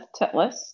titlist